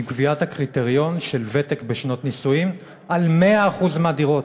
קביעת הקריטריון של ותק בשנות נישואים על 100% הדירות.